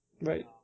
Right